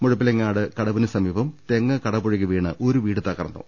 മുഴപ്പിലങ്ങാട് കടവിന് സമീപം തെങ്ങ് കടപുഴകി വീണ് ഒരുവീട് തകർന്നു